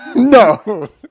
No